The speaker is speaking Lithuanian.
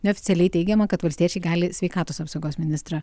neoficialiai teigiama kad valstiečiai gali sveikatos apsaugos ministrą